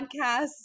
podcast